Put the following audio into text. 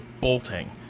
bolting